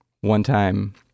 one-time